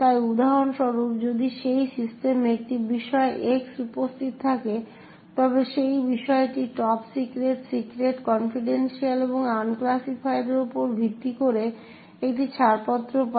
তাই উদাহরণ স্বরূপ যদি সেই সিস্টেমে একটি বিষয় X উপস্থিত থাকে তবে সেই বিষয়টি টপ সিক্রেট সিক্রেট কনফিডেনশিয়াল এবং আনক্লাসিফাইড এর উপর ভিত্তি করে একটি ছাড়পত্র পায়